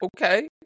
Okay